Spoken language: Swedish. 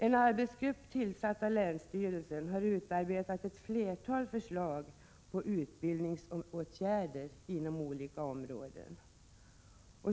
En arbetsgrupp, tillsatt av länsstyrelsen, har utarbetat ett flertal förslag till utbildningsåtgärder inom olika områden.